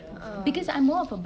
ugh